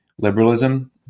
liberalism